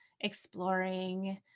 exploring